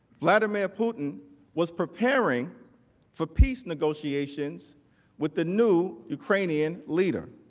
vladimir putin was preparing for peace negotiations with the new ukrainian leader.